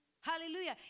Hallelujah